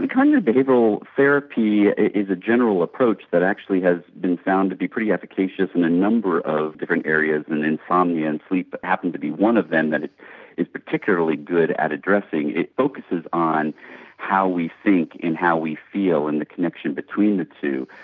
cognitive behavioural therapy is a general approach that actually has been found to be pretty efficacious in a number of different areas, and insomnia and sleep happen to be one of them that it is particularly good at addressing. it focuses on how we think and how we feel and the connection between the two.